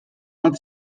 bat